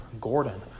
Gordon